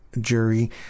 jury